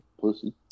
pussy